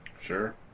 Sure